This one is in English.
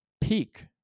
peak